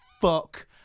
fuck